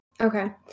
okay